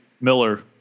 Miller